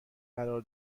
قرار